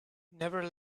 never